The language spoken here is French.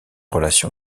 relation